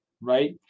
right